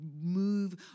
move